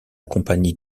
compagnie